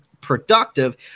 productive